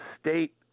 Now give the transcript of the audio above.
state